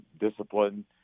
discipline